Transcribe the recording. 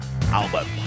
album